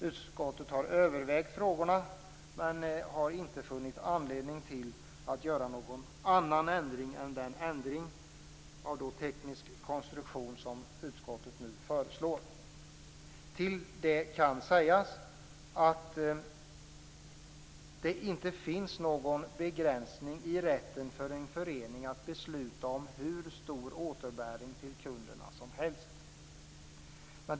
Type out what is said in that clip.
Utskottet har övervägt frågorna men inte funnit anledning att göra någon annan ändring än den ändrade tekniska konstruktion som utskottet nu föreslår. Till det kan sägas att det inte finns någon begränsning i rätten för en förening att besluta om hur stor återbäring till kunderna som helst.